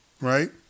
right